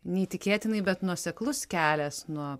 neįtikėtinai bet nuoseklus kelias nuo